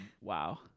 wow